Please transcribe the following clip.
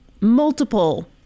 multiple